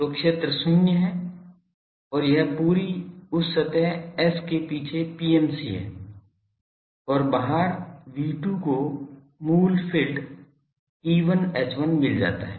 तो क्षेत्र शून्य हैं और यह पूरा उस सतह S के पीछे PMC है और बाहर V2 को मूल फ़ील्ड E1 E1 मिल जाता हैं